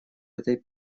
этой